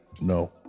no